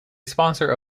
sponsor